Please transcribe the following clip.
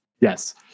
yes